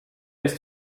ist